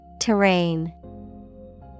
Terrain